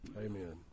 amen